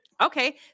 Okay